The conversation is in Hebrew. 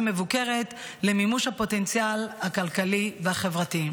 מבוקרת למימוש הפוטנציאל הכלכלי והחברתי.